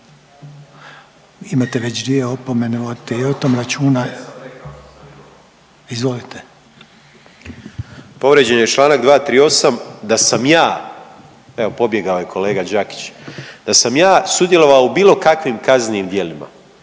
Imate već dvije opomene vodite i o tom računa. Izvolite. **Grmoja, Nikola (MOST)** Povrijeđen je Članak 238., da sam ja evo pobjegao je kolega Đakić, da sam ja sudjelovao u bilo kakvim kaznenim djelima